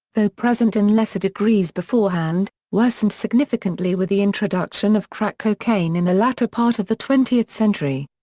though present in lesser degrees beforehand, worsened significantly with the introduction of crack cocaine in the latter part of the twentieth century.